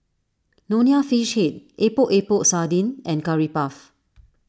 Nonya Fish Head Epok Epok Sardin and Curry Puff